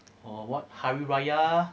or what hari-raya